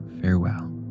farewell